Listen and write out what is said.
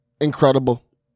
incredible